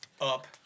up